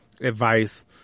advice